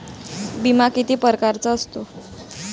बिमा किती परकारचा असतो?